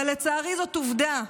אבל לצערי זאת עובדה,